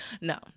No